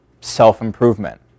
self-improvement